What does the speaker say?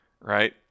right